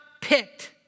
picked